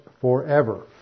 forever